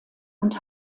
und